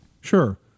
Sure